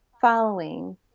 following